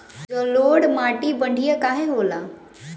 जलोड़ माटी बढ़िया काहे होला?